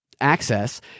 access